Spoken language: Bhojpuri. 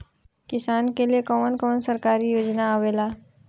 किसान के लिए कवन कवन सरकारी योजना आवेला?